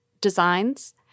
designs